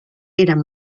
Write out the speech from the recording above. eren